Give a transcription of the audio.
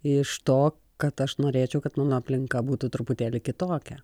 iš to kad aš norėčiau kad mano aplinka būtų truputėlį kitokia